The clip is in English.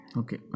okay